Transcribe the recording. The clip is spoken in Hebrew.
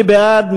מי בעד?